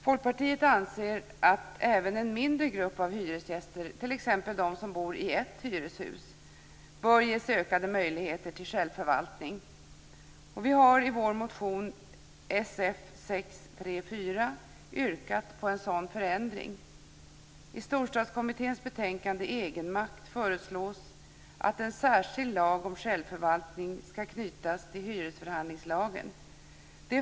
Folkpartiet anser att även en mindre grupp av hyresgäster, t.ex. de som bor i ett hyreshus, bör ges ökade möjligheter till självförvaltning. Vi har i vår motion Sf634 yrkat på en sådan förändring. I Storstadskommitténs betänkande Egenmakt föreslås att en särskild lag om självförvaltning skall knytas till hyresförhandlingslagen.